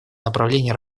направлений